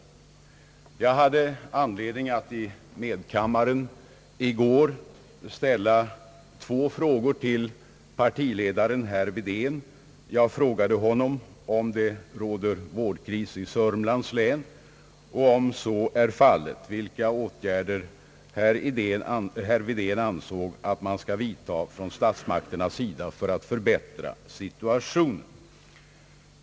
Jag hade anledning att i medkammaren i går ställa två frågor till partiledaren herr Wedén. Jag frågade honom om det råder vårdkris i Södermanlands län och, om så är fallet, vilka åtgärder herr Wedén ansåg att statsmakterna skulle vidta för att förbättra situationen.